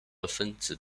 分子